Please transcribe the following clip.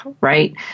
right